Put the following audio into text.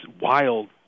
wild